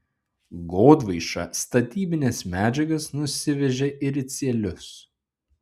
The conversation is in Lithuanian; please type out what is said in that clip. godvaiša statybines medžiagas nusivežė į ricielius